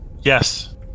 Yes